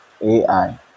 AI